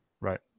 Right